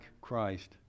Christ